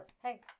hey